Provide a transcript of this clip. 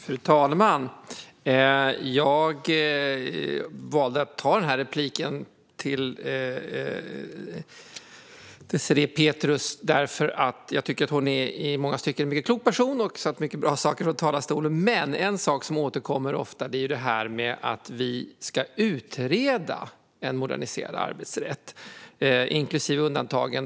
Fru talman! Jag valde att begära replik på Désirée Pethrus anförande därför att jag tycker att hon i många stycken är en mycket klok person och har sagt många bra saker från talarstolen. En sak som återkommer ofta är att vi ska utreda en moderniserad arbetsrätt, inklusive undantagen.